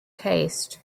taste